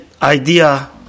idea